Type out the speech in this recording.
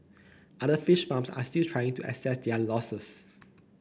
other fish farms are still trying to assess their losses